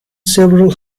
several